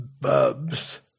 Bub's